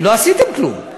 לא עשיתם כלום.